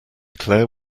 claire